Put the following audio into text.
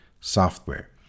software